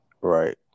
right